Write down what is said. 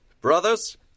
Brothers